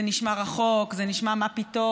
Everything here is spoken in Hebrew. זה נשמע רחוק, זה נשמע: מה פתאום?